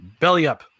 BELLYUP